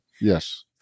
Yes